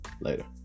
later